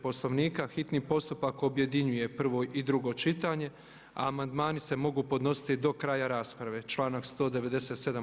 Poslovnika hitni postupak objedinjuje prvo i drugo čitanje a amandmani se mogu podnositi do kraja rasprave, članak 197.